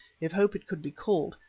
if hope it could be called,